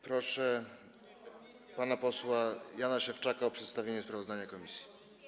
Proszę pana posła Jana Szewczaka o przedstawienie sprawozdania komisji.